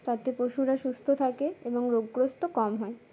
তাতে পশুরা সুস্থ থাকে এবং রোগগ্রস্ত কম হয়